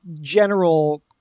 general